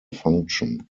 function